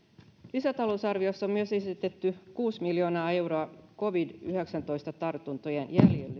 lisätalousarviossa on myös esitetty kuusi miljoonaa euroa covid yhdeksäntoista tartuntojen